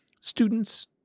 students